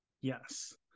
Yes